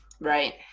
Right